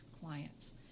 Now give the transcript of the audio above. clients